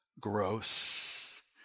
Gross